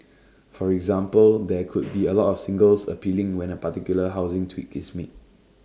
for example there could be A lot of singles appealing when A particular housing tweak is made